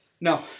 No